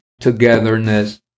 togetherness